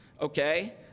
okay